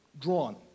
drawn